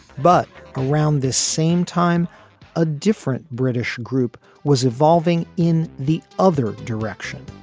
but around this same time a different british group was evolving in the other direction.